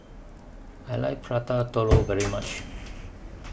I like Prata Telur very much